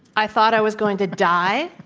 i thought i was going to die,